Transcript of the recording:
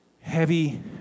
heavy